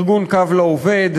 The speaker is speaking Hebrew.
ארגון "קו לעובד",